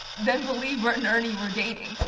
then believe bert and ernie were dating.